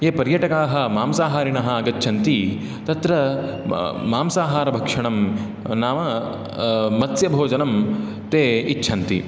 ये पर्यटकाः मांसाहारिणः आगच्छन्ति तत्र मांसाहारभक्षणं नाम मत्स्यभोजनम् ते इच्छन्ति